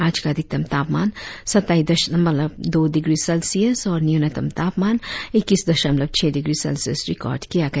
आज का अधिकतम तापमान सत्ताईस दशमलव दो डिग्री सेल्सियस और न्यूनतम तापमान इक्कीस दशमलव छह डिग्री सेल्सियस रिकार्ड किया गया